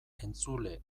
entzule